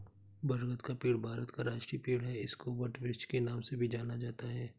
बरगद का पेड़ भारत का राष्ट्रीय पेड़ है इसको वटवृक्ष के नाम से भी जाना जाता है